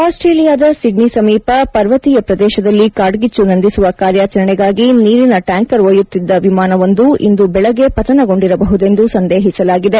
ಆಸ್ಟ್ರೇಲಿಯಾದ ಸಿಡ್ಡಿ ಸಮೀಪ ಪರ್ವತೀಯ ಪ್ರದೇಶದಲ್ಲಿ ಕಾಡ್ಗಿಚ್ಚು ನಂದಿಸುವ ಕಾರ್ಯಾಚರಣೆಗಾಗಿ ನೀರಿನ ಟ್ಯಾಂಕರ್ ಒಯ್ಯುತ್ತಿದ್ದ ವಿಮಾನವೊಂದು ಇಂದು ಬೆಳಗ್ಗೆ ಪತನಗೊಂಡಿರಬಹುದೆಂದು ಸಂದೇಹಿಸಲಾಗಿದೆ